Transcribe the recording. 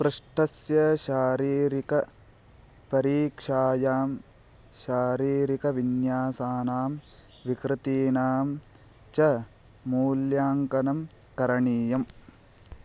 पृष्ठस्य शारीरिकपरीक्षायां शरीरविन्यासानां विकृतीनां च मूल्याङ्कनं करणीयम्